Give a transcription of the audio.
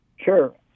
Sure